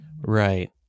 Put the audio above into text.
Right